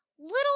little